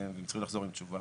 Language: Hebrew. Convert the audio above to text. והם צריכים לחזור עם תשובה.